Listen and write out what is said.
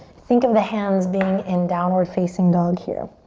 think of the hands being in downward facing dog here.